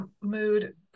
mood